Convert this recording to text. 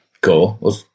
cool